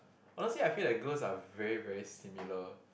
honestly I feel that girls are very very similar